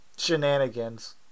shenanigans